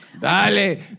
Dale